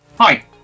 Hi